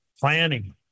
Planning